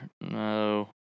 no